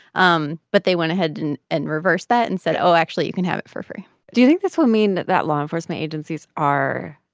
um but they went ahead and and reversed that and said, oh, actually you can have it for free do you think this will mean that law enforcement agencies are,